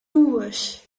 hús